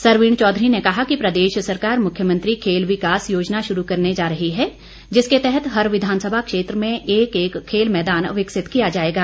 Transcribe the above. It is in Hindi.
सरवीण चौधरी ने कहा कि प्रदेश सरकार मुख्यमंत्री खेल विकास योजना शुरू करने जा रही है जिसके तहत हर विघानसभा क्षेत्र में एक एक खेल मैदान विकसित किया जाएगा